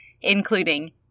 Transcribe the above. including